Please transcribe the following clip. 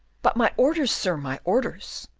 but my orders, sir, my orders.